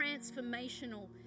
transformational